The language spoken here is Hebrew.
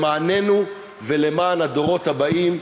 למעננו ולמען הדורות הבאים.